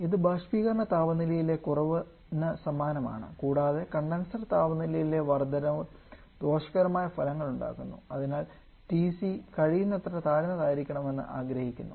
ഇത് ബാഷ്പീകരണ താപനിലയിലെ കുറവിന് സമാനമാണ് കൂടാതെ കണ്ടൻസർ താപനിലയിലെ വർദ്ധനവ് ദോഷകരമായ ഫലങ്ങൾ ഉണ്ടാക്കുന്നു അതിനാൽ TC കഴിയുന്നത്ര താഴ്ന്നതായിരിക്കണമെന്ന് ആഗ്രഹിക്കുന്നു